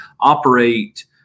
operate